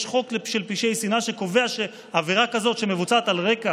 יש חוק של פשעי שנאה שקובע שעבירה כזאת שמבוצעת על רקע